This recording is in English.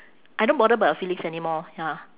I don't bother about your feelings anymore ya